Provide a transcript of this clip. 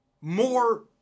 more